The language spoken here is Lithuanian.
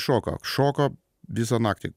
šoka šoka visą naktį